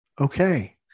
Okay